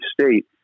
state